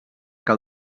que